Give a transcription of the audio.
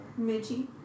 Mitchie